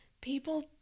People